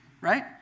right